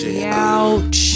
Ouch